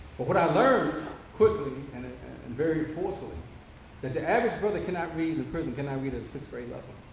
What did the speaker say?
but what i learned quickly and very forcefully that the average brother cannot read in prison, cannot read at a sixth-grade level.